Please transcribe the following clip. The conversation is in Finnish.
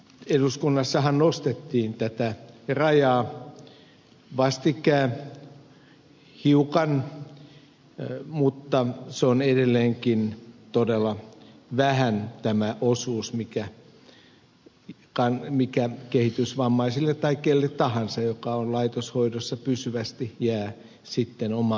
eduskunnassahan nostettiin tätä rajaa vastikään hiukan mutta se on edelleenkin todella vähän tämä osuus mikä kehitysvammaisille tai kelle tahansa joka on laitoshoidossa pysyvästi jää omaan käyttöön